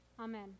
Amen